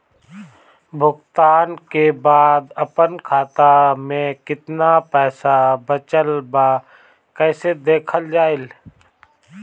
भुगतान के बाद आपन खाता में केतना पैसा बचल ब कइसे देखल जाइ?